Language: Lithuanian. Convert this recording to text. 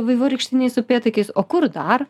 vaivorykštiniais upėtakiais o kur dar